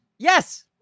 Yes